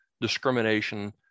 discrimination